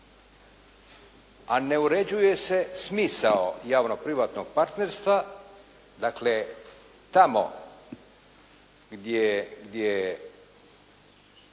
A ne uređuje se smisao javno-privatnog partnerstva. Dakle tamo gdje